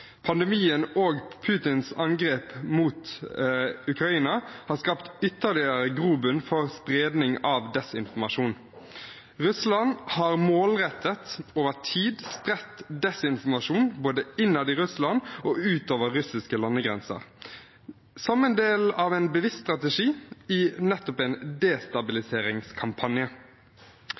Pandemien og Putins angrep mot Ukraina har skapt ytterligere grobunn for spredning av desinformasjon. Russland har målrettet over tid spredt desinformasjon både innad i Russland og utover russiske landegrenser som en del av en bevisst strategi i nettopp en destabiliseringskampanje.